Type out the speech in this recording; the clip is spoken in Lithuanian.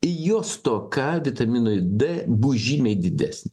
jo stoka vitaminui d bus žymiai didesnė